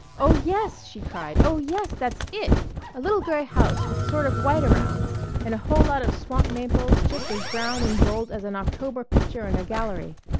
oh, yes! she cried. oh, yes! that's it a little gray house with sort of white around and a whole lot of swamp maples just as brown and gold as an october picture in a gallery.